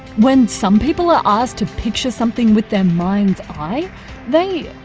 when some people are asked to picture something with their mind's eye they.